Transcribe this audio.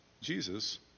Jesus